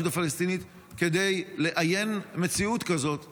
הפלסטינית כדי לאיין מציאות כזאת ובכלל?